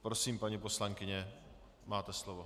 Prosím, paní poslankyně, máte slovo.